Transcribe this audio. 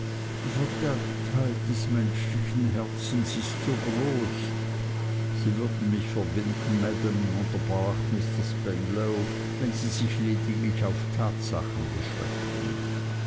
die verderbtheit des menschlichen herzens ist so groß sie würden mich verbinden maam unterbrach mr spenlow wenn sie sich lediglich auf tatsachen beschränkten